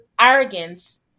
arrogance